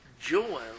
Joel